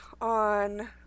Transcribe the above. on